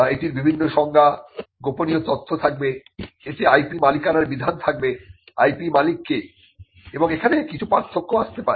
এটির বিভিন্ন সংজ্ঞা গোপনীয় তথ্য থাকবে এতে IP মালিকানার বিধান থাকবে IP মালিক কে এবং এখানে কিছু পার্থক্য আসতে পারে